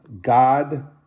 God